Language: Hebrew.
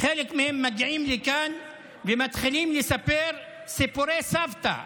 חלק מהם מגיעים לכאן ומתחילים לספר סיפורי סבתא.